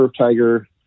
tiger